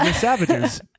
savages